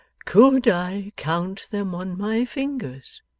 could i count them on my fingers?